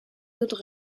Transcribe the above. dut